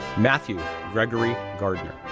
matthew gregory gardner,